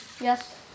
Yes